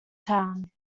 town